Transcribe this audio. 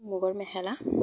মুগাৰ মেখেলা